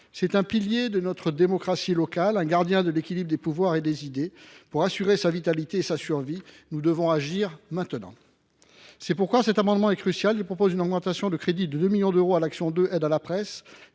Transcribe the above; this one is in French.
C’est un pilier de notre démocratie locale, un gardien de l’équilibre des pouvoirs et des idées. Pour assurer sa vitalité et sa survie, nous devons agir maintenant. C’est pourquoi cet amendement est crucial. Il a pour objet une augmentation de crédits de 2 millions d’euros à l’action n° 02 « Aides à la presse